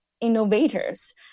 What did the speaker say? innovators